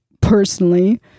personally